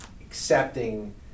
accepting